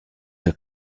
les